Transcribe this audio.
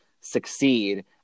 succeed